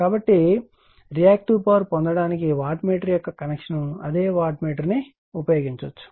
కాబట్టిఇది reactive power పొందడానికి watt meter యొక్క కనెక్షన్ అదే వాట్ మీటర్ ను ఉపయోగించవచ్చు